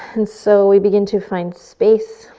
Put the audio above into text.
and so we begin to find space,